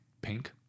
Pink